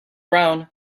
brown